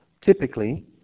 typically